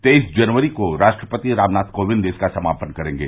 तेईस जनवरी को राष्ट्रपति रामनाथ कोविंद इसका समापन करेंगे